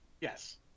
Yes